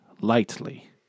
lightly